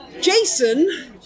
Jason